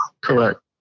Correct